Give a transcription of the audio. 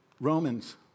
Romans